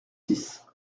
six